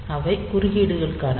அவை குறுக்கீடுகளுக்கானவை